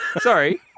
Sorry